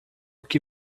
que